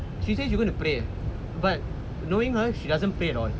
she say she going to pray but knowing her she doesn't pray at all